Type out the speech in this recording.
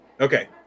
okay